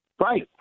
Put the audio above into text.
Right